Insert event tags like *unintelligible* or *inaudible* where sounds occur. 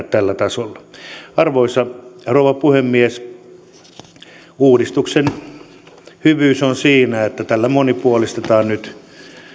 *unintelligible* tällä tasolla arvoisa rouva puhemies uudistuksen hyvyys on siinä että tällä monipuolistetaan nyt